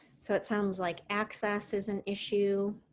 so, it sounds like access is an issue.